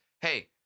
hey